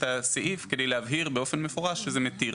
הסעיף כדי להבהיר באופן מפורש שזה מתיר.